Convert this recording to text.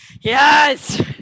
yes